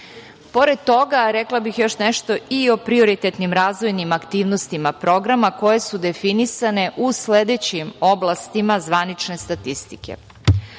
toga, rekla bih još nešto i o prioritetnim razvojnim aktivnostima programa koje su definisane u sledećim oblastima zvanične statistike.